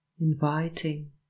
inviting